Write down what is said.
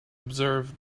observe